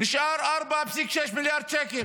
נשארים 4.6 מיליארד שקל.